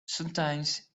sometimes